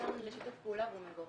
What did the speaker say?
ניסיון לשיתוף פעולה והוא מבורך,